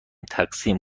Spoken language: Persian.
تقسیم